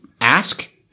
ask